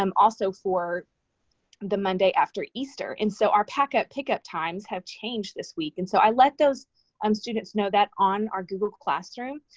um also for the monday after easter. and so, our packet pickup times have changed this week. and so, i let those um students know that on our google classroom.